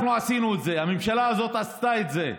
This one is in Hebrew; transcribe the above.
אנחנו עשינו את זה, הממשלה הזאת עשתה את זה.